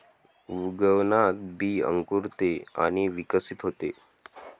उगवणात बी अंकुरते आणि विकसित होते